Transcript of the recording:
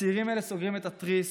הצעירים האלה סוגרים את התריס,